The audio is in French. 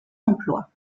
emploi